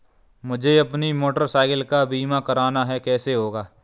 मुझे अपनी motorcycle का बीमा करना है कैसे होगा?